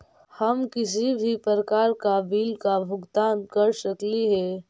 हम किसी भी प्रकार का बिल का भुगतान कर सकली हे?